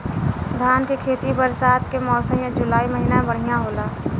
धान के खेती बरसात के मौसम या जुलाई महीना में बढ़ियां होला?